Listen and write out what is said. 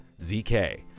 ZK